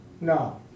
No